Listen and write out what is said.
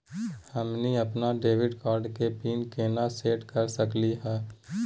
हमनी अपन debit card के पीन केना सेट कर सकली हे?